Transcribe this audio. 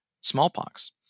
smallpox